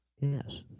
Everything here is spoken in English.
Yes